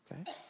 okay